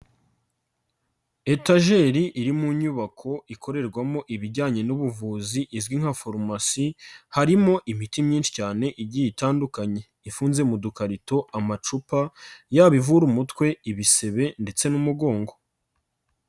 Etageri iri mu nyubako ikorerwamo ibijyanye n'ubuvuzi izwi nka farumasi, harimo imiti myinshi cyane igiye itandukanye. Ifunze mu dukarito, amacupa, yaba ivura umutwe, ibisebe ndetse n'umugongo.